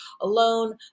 Alone